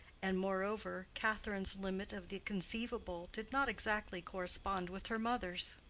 and moreover, catherine's limit of the conceivable did not exactly correspond with her mother's.